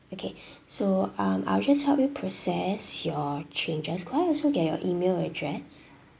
okay so um I'll just help you process your changes could I also get your email address